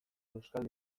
euskal